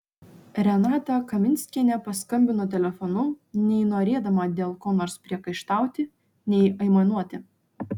renata kaminskienė paskambino telefonu nei norėdama dėl ko nors priekaištauti nei aimanuoti